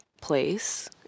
place